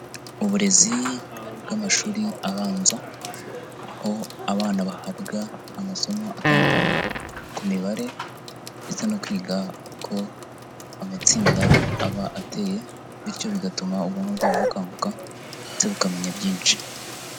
Uburezi bw'amashuri abanza, aho abana bahabwa amasomo atandukanye ku mibare ndetse no kwiga uko amatsinda aba ateye, bityo bigatuma ubwonko bwabo bukanguka ndetse bukamenya byinshi.